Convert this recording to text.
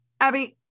Abby